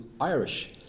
Irish